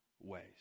ways